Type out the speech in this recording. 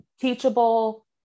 Teachable